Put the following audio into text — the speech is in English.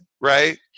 Right